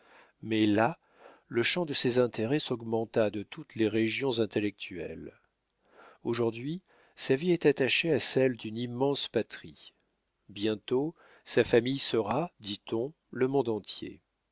mais là le champ de ses intérêts s'augmenta de toutes les régions intellectuelles aujourd'hui sa vie est attachée à celle d'une immense patrie bientôt sa famille sera dit-on le monde entier